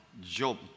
Job